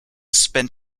spent